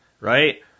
right